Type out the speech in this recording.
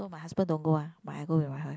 so my husband don't go one but I go with my